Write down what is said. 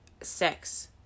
sex